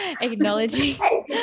Acknowledging